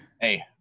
Hey